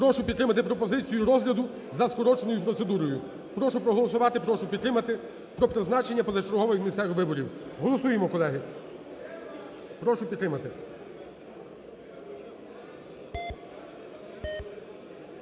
Прошу підтримати пропозицію розгляду за скороченою процедурою. Прошу проголосувати, прошу підтримати про призначення позачергових місцевих виборів. Голосуємо, колеги. Прошу підтримати.